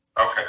Okay